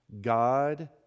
God